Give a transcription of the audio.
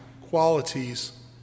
qualities